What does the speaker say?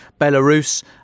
Belarus